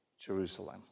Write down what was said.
Jerusalem